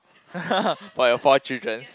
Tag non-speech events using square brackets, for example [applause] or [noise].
[laughs] for your four children